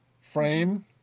frame